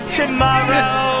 tomorrow